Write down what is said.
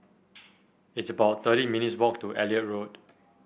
it's about thirty minutes' walk to Elliot Road